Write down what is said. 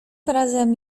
razem